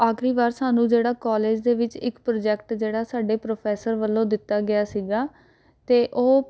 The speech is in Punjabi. ਆਖਰੀ ਵਾਰ ਸਾਨੂੰ ਜਿਹੜਾ ਕੋਲਜ ਦੇ ਵਿੱਚ ਇੱਕ ਪ੍ਰਜੈਕਟ ਜਿਹੜਾ ਸਾਡੇ ਪ੍ਰੋਫੈਸਰ ਵੱਲੋਂ ਦਿੱਤਾ ਗਿਆ ਸੀਗਾ ਅਤੇ ਉਹ